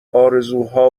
آرزوها